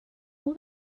will